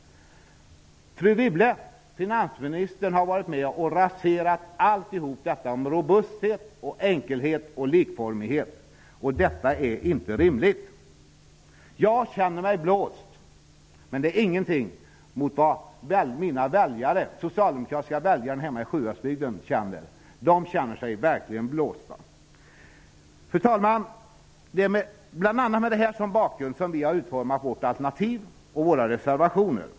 Fru Wibble, finansministern, har varit med och raserat allt detta med robusthet, enkelhet och likformighet, och det är inte rimligt. Jag känner mig blåst. Men det är ingenting mot vad mina socialdemokratiska väljare hemma i Sjuhäradsbygden gör. De känner sig verkligen blåsta. Fru talman! Det är bl.a. med detta som bakgrund som vi har utformat vårt alternativ och våra reservationer.